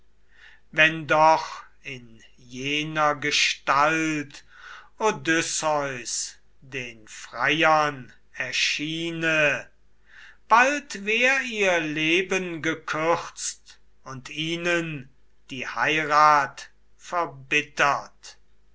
wenn doch in jener gestalt odysseus den freiern erschiene bald wär ihr leben gekürzt und ihnen die heirat verbittert